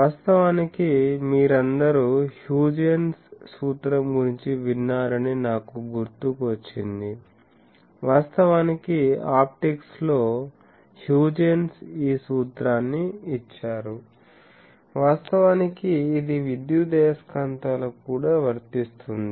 వాస్తవానికి మీరందరూ హ్యూజెన్స్ సూత్రం గురించి విన్నారని నాకు గుర్తుకు వచ్చింది వాస్తవానికి ఆప్టిక్స్లో హ్యూజెన్స్ ఈ సూత్రాన్ని ఇచ్చారు వాస్తవానికి ఇది విద్యుదయస్కాంతాలకు కూడా వర్తిస్తుంది